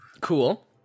Cool